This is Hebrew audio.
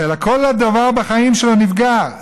אלא כל דבר בחיים שלו נפגע.